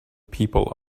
people